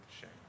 shame